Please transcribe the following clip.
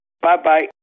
Bye-bye